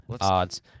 odds